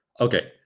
okay